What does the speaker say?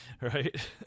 right